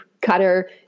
cutter